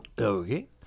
Okay